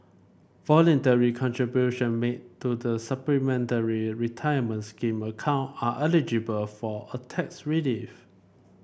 voluntary contribution made to the Supplementary Retirement Scheme account are eligible for a tax relief